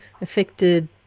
affected